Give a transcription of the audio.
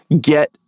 get